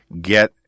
get